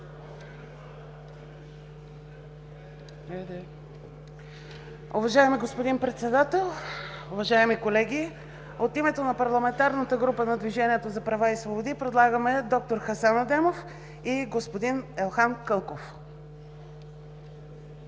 Уважаеми господин Председател, уважаеми колеги! От името на Парламентарната група на Движението за права и свободи предлагаме д-р Джевдет Чакъров и господин Джейхан Ибрямов.